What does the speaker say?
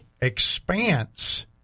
expanse